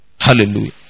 Hallelujah